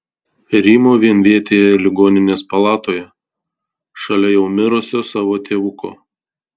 rymau vienvietėje ligoninės palatoje šalia jau mirusio savo tėvuko